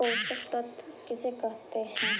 पोषक तत्त्व किसे कहते हैं?